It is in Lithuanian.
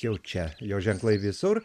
jau čia jo ženklai visur